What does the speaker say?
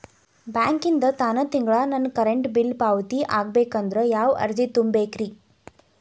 ಬ್ಯಾಂಕಿಂದ ತಾನ ತಿಂಗಳಾ ನನ್ನ ಕರೆಂಟ್ ಬಿಲ್ ಪಾವತಿ ಆಗ್ಬೇಕಂದ್ರ ಯಾವ ಅರ್ಜಿ ತುಂಬೇಕ್ರಿ?